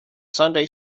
sunday